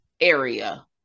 area